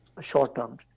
short-term